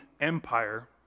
empire